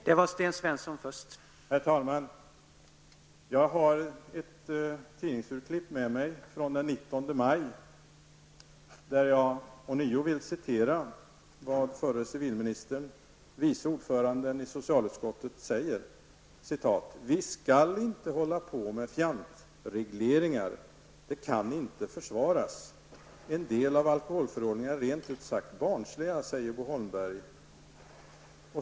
Herr talman! Jag har ett tidningsurklipp här från den 19 maj. Jag vill ånyo citera vad förre civilministern, vice ordförande i socialutskottet säger: ''Vi skall inte hålla på med fjantregleringar, det kan inte försvaras. En del av alkoholförordningarna är rent ut sagt barnsliga, säger Bo Holmberg.''